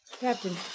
Captain